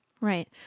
Right